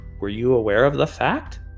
were-you-aware-of-the-fact